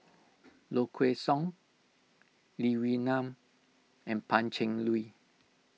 Low Kway Song Lee Wee Nam and Pan Cheng Lui